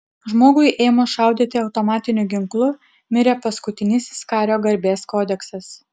žmogui ėmus šaudyti automatiniu ginklu mirė paskutinysis kario garbės kodeksas